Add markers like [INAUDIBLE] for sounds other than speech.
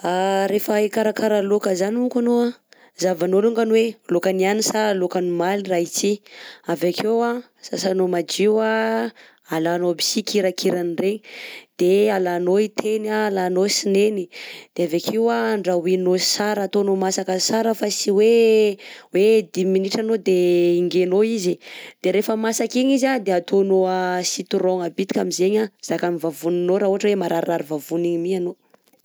[HESITATION] Rehefa hikarakara laoka zany moko anao a zahavanao alongany hoe laoka niany sa laoka nomaly raha ity, avy akeo an sasanao madio, alanao aby sy kiranirany regny, de alanao i teny an, alanao tsineny, de avy akio a andrahoina tsara ataonao masaka sara fa tsy hoe hoe dimy minitra anao de ingenao izy, de rehefa masaka igny izy a de ataonao citron bitika aminjegny zakany vavoninao raha ohatra hoe mararirary vavony igny mi anao.